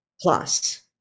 plus